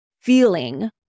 feeling